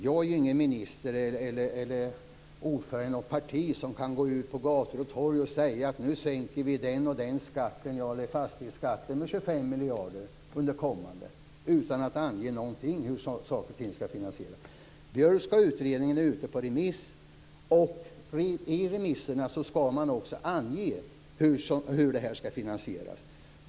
Jag är varken minister eller partiordförande och kan inte gå ut på gator och torg och säga att vi nu skall sänka t.ex. fastighetsskatten med 25 miljarder under den kommande perioden utan att ange någon finansiering. Den Björkska utredningen är ute på remiss, och man skall i remissvaren ange hur förslagen skall finansieras.